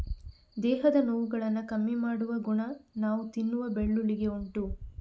ದೇಹದ ನೋವುಗಳನ್ನ ಕಮ್ಮಿ ಮಾಡುವ ಗುಣ ನಾವು ತಿನ್ನುವ ಬೆಳ್ಳುಳ್ಳಿಗೆ ಉಂಟು